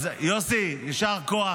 אז יוסי, יישר כוח.